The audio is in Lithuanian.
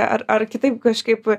ar ar kitaip kažkaip